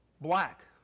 black